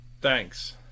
Thanks